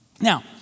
Now